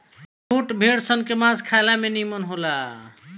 छोट भेड़ सन के मांस खाए में निमन होला